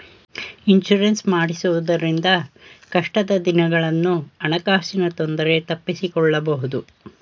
insurance ಮಾಡಿಸುವುದರಿಂದ ಕಷ್ಟದ ದಿನಗಳನ್ನು ಹಣಕಾಸಿನ ತೊಂದರೆ ತಪ್ಪಿಸಿಕೊಳ್ಳಬಹುದು